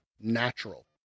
natural